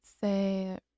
say